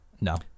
no